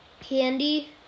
candy